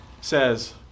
says